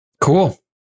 Cool